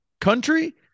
country